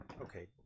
Okay